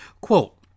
Quote